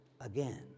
again